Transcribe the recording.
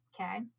Okay